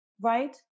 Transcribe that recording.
right